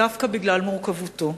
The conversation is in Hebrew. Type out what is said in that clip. דווקא בגלל מורכבותו.